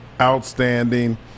outstanding